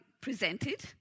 presented